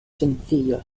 sencillo